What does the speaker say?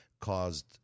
caused